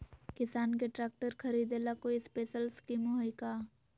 किसान के ट्रैक्टर खरीदे ला कोई स्पेशल स्कीमो हइ का?